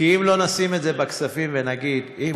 כי אם לא נשים את זה בכספים ונגיד: אם